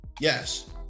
Yes